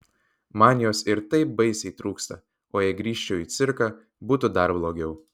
man jos ir taip baisiai trūksta o jei grįžčiau į cirką būtų dar blogiau